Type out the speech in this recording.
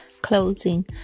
Closing